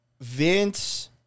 Vince